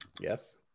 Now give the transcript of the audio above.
Yes